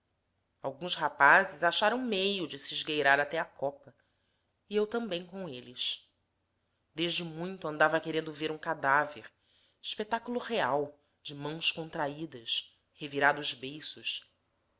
alguns rapazes acharam meio de se esgueirar até à copa e eu também com eles desde muito andava querendo ver um cadáver espetáculo real de mãos contraídas revirados beiços